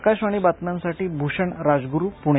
आकाशवाणी बातम्यांसाठी भूषण राजगुरू पुणे